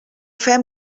fem